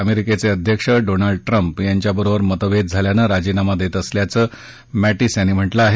अमेरिकेचे अध्यक्ष Donald Trump यांच्याबरोबर मतभेद झाल्यानं राजीनामा देत असल्याचं मॅटिस यांनी म्हटलं आहे